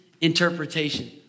interpretation